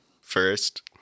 first